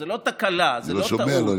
זאת לא תקלה, זאת לא טעות.